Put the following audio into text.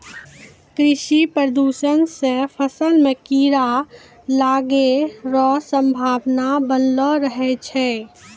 कृषि प्रदूषण से फसल मे कीड़ा लागै रो संभावना वनलो रहै छै